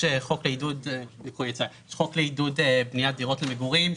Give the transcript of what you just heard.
יש חוק לעידוד בניית דירות למגורים,